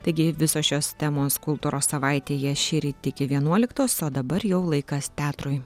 taigi visos šios temos kultūros savaitėje šįryt iki vienuoliktos o dabar jau laikas teatrui